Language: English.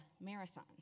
marathon